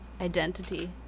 identity